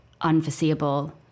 unforeseeable